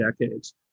decades